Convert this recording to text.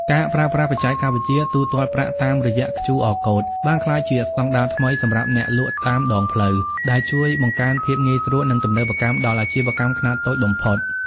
ការប្រើប្រាស់បច្ចេកវិទ្យាទូទាត់ប្រាក់តាមរយៈQR Code បានក្លាយជាស្តង់ដារថ្មីសម្រាប់អ្នកលក់តាមដងផ្លូវ ដែលជួយបង្កើនភាពងាយស្រួល និងទំនើបកម្មដល់អាជីវកម្មខ្នាតតូចបំផុត។